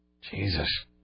Jesus